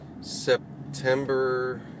September